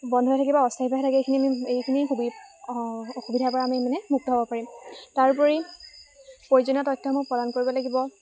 বন্ধ হৈ থাকিব বা অসস্থায়ীভাৱে থাকি এইখিনি আমি এইখিনি সুবিধা অসুবিধাৰপৰা আমি মানে মুক্ত হ'ব পাৰিম তাৰোপৰি প্ৰয়োজনীয় তথ্যমূহ প্ৰদান কৰিব লাগিব